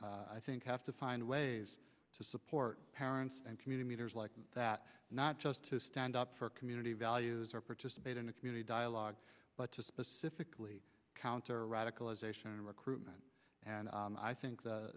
you i think have to find ways to support parents and community leaders like that not just to stand up for community values or participate in a community dialogue but to specifically counter radicalization of recruitment and i think the